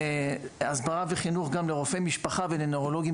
הסברה וחינוך גם לרופאי משפחה ולנוירולוגים